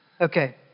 okay